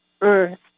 Earth